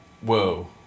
whoa